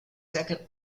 second